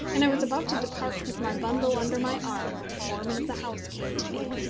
and i was about to depart with my bundle under my arm when the foreman of the house came to me.